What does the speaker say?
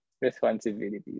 responsibilities